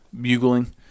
bugling